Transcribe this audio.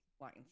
lines